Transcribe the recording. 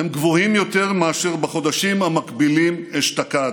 גבוהים יותר מאשר בחודשים המקבילים אשתקד.